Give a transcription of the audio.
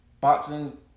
Boxing